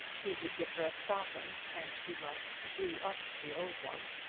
he would give her a sovereign, and she might do up the old one.